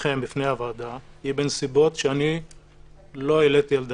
הוועדה היא בנסיבות שאני לא העליתי על דעתי.